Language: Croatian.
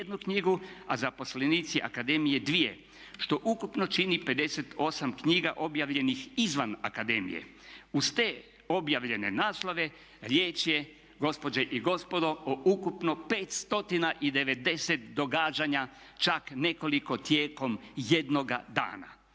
a zaposlenici akademije dvije što ukupno čini 58 knjiga objavljenih izvan akademije. Uz te objavljene naslove riječ je, gospođe i gospodo, o ukupno 590 događanja čak nekoliko tijekom jednoga dana.